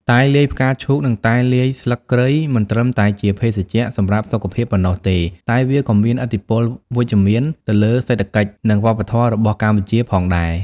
តែលាយផ្កាឈូកនិងតែលាយស្លឹកគ្រៃមិនត្រឹមតែជាភេសជ្ជៈសម្រាប់សុខភាពប៉ុណ្ណោះទេ តែវាក៏មានឥទ្ធិពលវិជ្ជមានទៅលើសេដ្ឋកិច្ច និងវប្បធម៌ របស់កម្ពុជាផងដែរ។